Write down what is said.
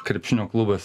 krepšinio klubas